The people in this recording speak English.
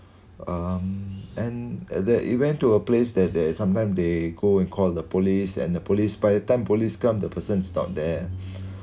um and at that even to a place that there sometime they go and call the police and the police by the time police come the person is not there